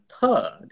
third